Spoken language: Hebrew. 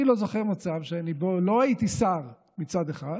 אני לא זוכר מצב שבו לא הייתי שר, מצד אחד,